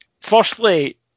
Firstly